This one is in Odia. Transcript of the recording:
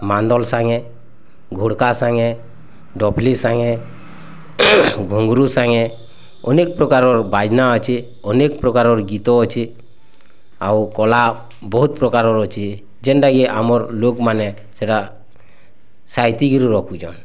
ମାନ୍ଦଲ୍ ସାଙ୍ଗେ ଘୋଡ଼୍କା ସାଙ୍ଗେ ଡପ୍ଲି ସାଙ୍ଗେ ଘୁଙ୍ଗୁରୁ ସାଙ୍ଗେ ଅନେକ୍ ପ୍ରକାରର ବାଜନା ଅଛି ଅନେକ୍ ପ୍ରକାରର ଗୀତ ଅଛି ଆଉ କଲା ବହୁତ ପ୍ରକାରର ଅଛି ଯେଣ୍ଟା କି ଆମର୍ ଲୋକମାନେ ସେଇଟା ସାଇତିକିରି ରଖୁଛନ୍